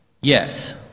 Yes